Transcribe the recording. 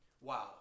Wow